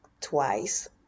twice